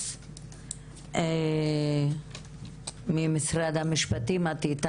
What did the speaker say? אני כמו כל קודמיי מברכת על הדיון בנושא זה.